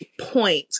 point